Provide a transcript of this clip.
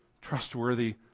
trustworthy